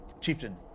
Chieftain